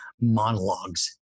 monologues